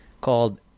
called